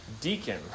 deacon